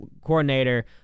coordinator